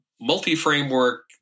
multi-framework